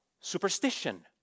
superstition